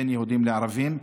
בין יהודים לערבים.